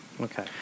Okay